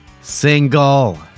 Single